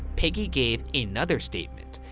peggy gave another statement.